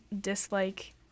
dislike